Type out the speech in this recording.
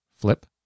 flip